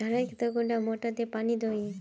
धानेर खेतोत कुंडा मोटर दे पानी दोही?